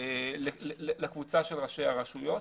לקבוצה של ראשי הרשויות.